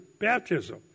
baptism